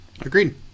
agreed